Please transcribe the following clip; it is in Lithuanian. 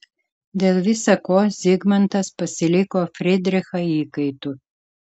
dėl visa ko zigmantas pasiliko fridrichą įkaitu